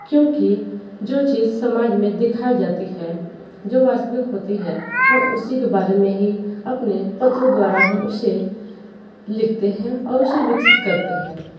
क्योंकि जो चीज समाज में दिखाई जाती है जो वास्तविक होती है हम उसी के बारे में ही अपने पत्र द्वारा हम उसे लिखते हैं और उसे विकसित करते हैं